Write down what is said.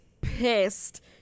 pissed